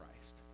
Christ